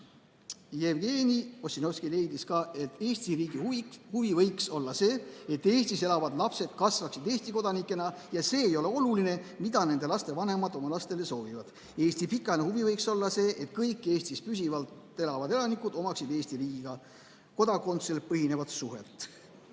Jevgeni Ossinovski leidis ka, et Eesti riigi huvi võiks olla see, et Eestis elavad lapsed kasvaksid Eesti kodanikena, ja see ei ole oluline, mida nende laste vanemad oma lastele soovivad. Eesti pikaajaline huvi võiks olla see, et kõik Eestis püsivalt elavad inimesed omaksid Eesti riigiga kodakondsusel põhinevat suhet.